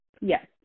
Yes